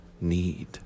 need